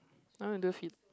I want to do phil~